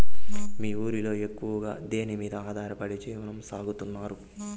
మీ ఊరిలో ఎక్కువగా దేనిమీద ఆధారపడి జీవనం సాగిస్తున్నారు?